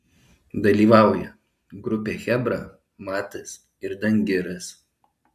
dalyvauja grupė chebra matas ir dangiras